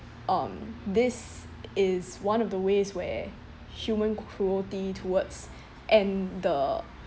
um this is one of the ways where human cruelty towards and the